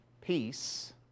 peace